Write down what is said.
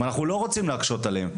ואנחנו לא רוצים להקשות עליהם.